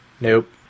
Nope